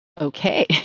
okay